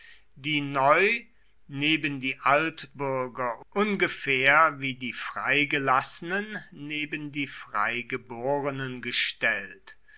die neu neben die altbürger ungefähr wie die freigelassenen neben die freigeborenen gestellt